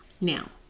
Now